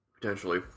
Potentially